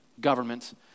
government